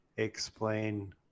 explain